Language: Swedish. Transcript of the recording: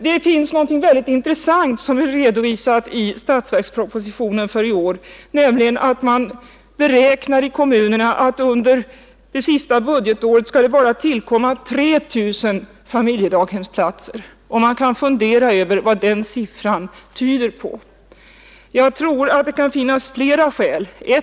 Det finns något mycket intressant redovisat i årets statsverksproposi tion, nämligen att man i kommunerna beräknar att det under 1973 endast skall tillkomma 3 000 familjedaghemsplatser. Man kan fundera över vad den siffran tyder på. Jag tror att det kan finnas flera skäl till en sådan prognos.